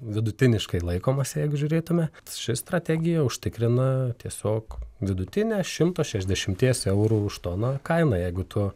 vidutiniškai laikomas jeigu žiūrėtume ši strategija užtikrina tiesiog vidutinę šimto šešiasdešimties eurų už toną kainą jeigu tu